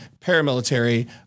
paramilitary